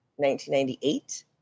1998